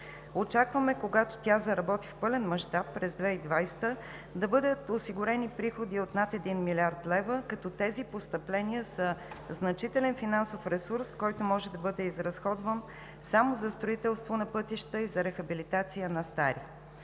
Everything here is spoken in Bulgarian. Очакваме когато тя заработи в пълен мащаб – през 2020-а, да бъдат осигурени приходи от над 1 млрд. лв., като тези постъпления са значителен финансов ресурс, който може да бъде изразходван само за строителство на пътища и за рехабилитация на стари.